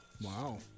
Wow